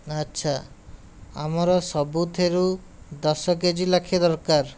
ଆଚ୍ଛା ଆମର ସବୁଥିରୁ ଦଶ କେ ଜି ଲେଖାଏଁ ଦରକାର